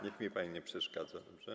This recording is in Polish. Niech mi pani nie przeszkadza, dobrze?